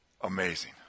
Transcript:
Amazing